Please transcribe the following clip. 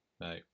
No